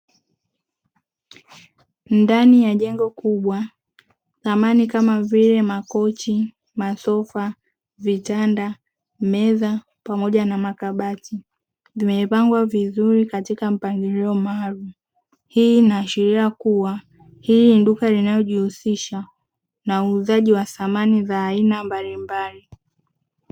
Ndani ya jengo kubwa samani kama vile makochi, masofa, vitanda, meza pamoja na makabati vimepangwa vizuri katika mpangilio maalumu, hii inaashiria kuwa hili ni duka linalojihusisha na uuzaji wa samani za aina mbalimbali.